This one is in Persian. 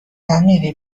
نمیری